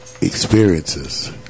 experiences